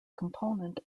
component